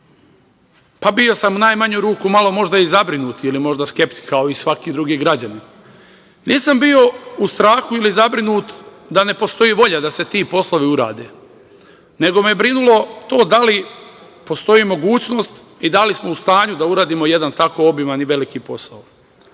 pa bio sam u najmanju ruku možda i zabrinut ili možda skeptik, kao i svaki drugi građanin. Nisam bio u strahu ili zabrinut da ne postoji volja da se ti poslovi urade, nego me je brinulo to da li postoji mogućnost i da li smo u stanju da uradimo jedan tako obiman i velik posao.